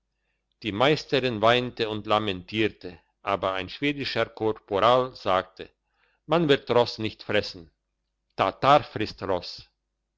die meisterin weinte und lamentierte aber ein schwedischer korporal sagte man wird ross nicht fressen tatar frisst ross